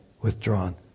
withdrawn